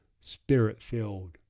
spirit-filled